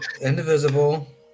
indivisible